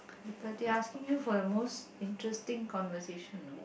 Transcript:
but they asking you for the most interesting conversation